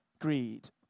greed